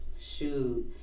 Shoot